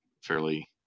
fairly